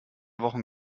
wochen